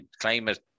Climate